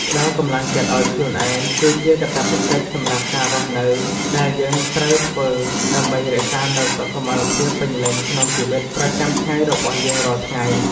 ផ្ដល់កម្លាំងចិត្តឱ្យខ្លួនឯងគឺជាកាតព្វកិច្ចសម្រាប់ការរស់នៅដែលយើងត្រូវធ្វើដើម្បីរក្សានូវសុខុមាលភាពពេញលេញក្នុងជីវិតប្រចាំថ្ងៃរបស់យើងរាល់ថ្ងៃ។